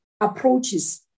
approaches